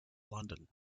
london